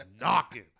knocking